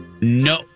no